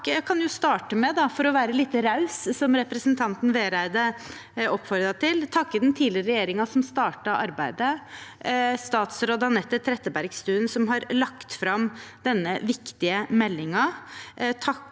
Jeg kan starte med – for å være litt raus, som representanten Vereide oppfordret til – å takke den tidligere regjeringen som startet arbeidet, takke statsråd Anette Trettebergstuen som har lagt fram denne viktige meldingen,